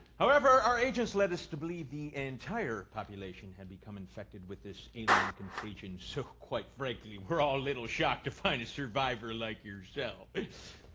however, our agents led us to believe the entire population had become infected with this alien contagion. so quite frankly, we're all little shocked to find a survivor like yourself.